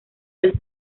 del